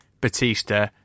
batista